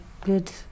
good